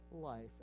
life